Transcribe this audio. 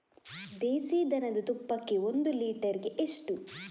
ದೇಸಿ ದನದ ತುಪ್ಪಕ್ಕೆ ಒಂದು ಲೀಟರ್ಗೆ ಎಷ್ಟು?